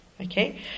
Okay